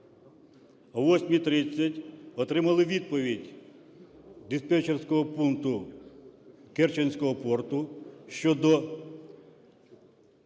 О 8:30 отримали відповідь диспетчерського пункту Керченського порту щодо